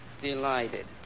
Delighted